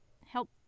help